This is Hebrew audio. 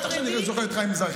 בטח שאני זוכר את חיים מזרחי.